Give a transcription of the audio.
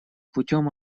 путем